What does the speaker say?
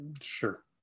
Sure